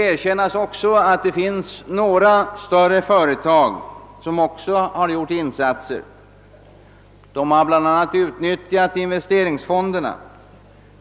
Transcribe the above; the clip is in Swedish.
Erkännas skall också att en del större företag har gjort insatser — de har bl.a. utnyttjat investeringsfonderna.